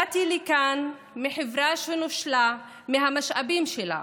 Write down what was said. באתי לכאן מחברה שנושלה מהמשאבים שלה,